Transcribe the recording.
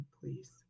Please